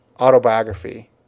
autobiography